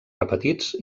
repetits